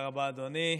תודה רבה, אדוני.